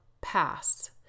pass